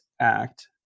Act